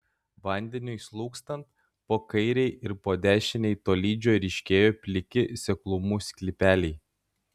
vandeniui slūgstant po kairei ir po dešinei tolydžio ryškėjo pliki seklumų sklypeliai